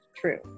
true